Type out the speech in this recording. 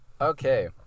Okay